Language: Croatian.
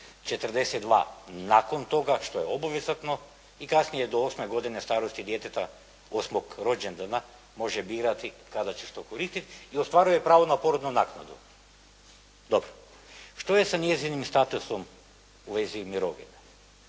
42 nakon toga što je obvezatno i kasnije do 8. godine starosti djeteta, 8. rođendana može birati kada će što koristiti i ostvaruje pravo na porodnu naknadu. Dobro. Što je sa njezinim statusom u vezi mirovine?